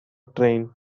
train